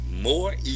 more